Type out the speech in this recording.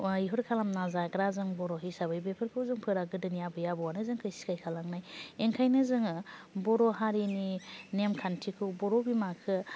मैहुर खालामना जाग्रा जों बर' हिसाबै बेफोरखौ जोंफोरा गोदोनि आबै आबौआनो जोंखौ सिखायखालांनाय ओंखायनो जोङो बर' हारिनि नेम खान्थिखौ बर' बिमाखो